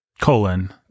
Colon